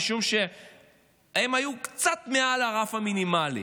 משום שהם היו קצת מעל הרף המינימלי.